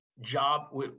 job